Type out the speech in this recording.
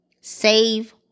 save